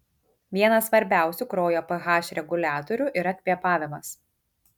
vienas svarbiausių kraujo ph reguliatorių yra kvėpavimas